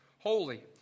holy